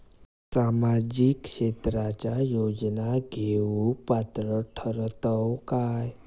सामाजिक क्षेत्राच्या योजना घेवुक पात्र ठरतव काय?